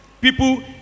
people